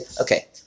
okay